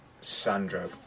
Sandro